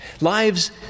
Lives